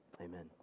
Amen